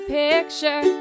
picture